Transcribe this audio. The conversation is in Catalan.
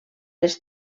les